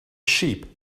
sheep